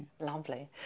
Lovely